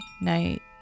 Night